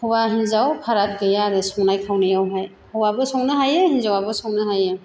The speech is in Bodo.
हौवा हिनजाव फाराग गैया आरो संनाय खावनायावहाय हौवाबो संनो हायो हिनजावाबो संनो हायो